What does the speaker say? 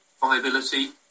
viability